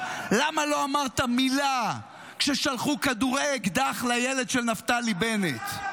למה לא אמרת מילה כששלחו כדורי אקדח לילד של נפתלי בנט?